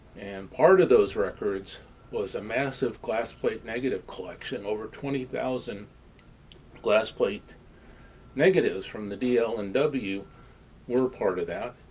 and part of those records was a massive glass plate negative collection, over twenty thousand glass plate negatives from the dl and w were part of that,